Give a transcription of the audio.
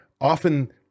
often